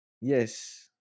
Yes